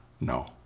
No